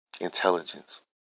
Intelligence